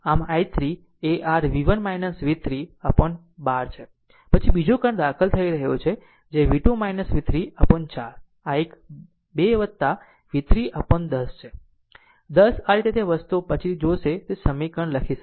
આમ i3 એ r v1 v3 upon 12 છે પછી બીજો કરંટ દાખલ થઈ રહ્યો છે જે v2 v3 upon 4 આ એક આ 2 v3 upon 10 છે 10 આ રીતે તે વસ્તુઓ પછીથી છે તે સમીકરણ લખી શકે છે